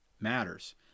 matters